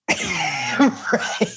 Right